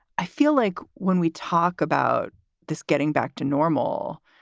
i feel like when we talk about this getting back to normal,